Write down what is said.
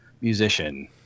musician